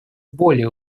более